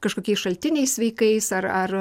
kažkokiais šaltiniais sveikais ar ar